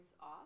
off